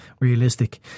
realistic